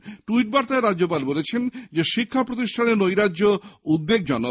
আজ এক টুইট বার্তায় রাজ্যপাল বলেন শিক্ষা প্রতিষ্ঠানে নৈরাজ্য উদ্বেগজনক